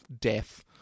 death